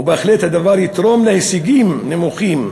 ובהחלט הדבר יתרום להישגים נמוכים,